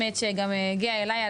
שגם הגיע אליי,